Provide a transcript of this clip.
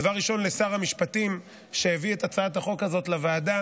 דבר ראשון לשר המשפטים שהביא את הצעת החוק הזאת לוועדה,